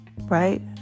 right